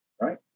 right